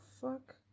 fuck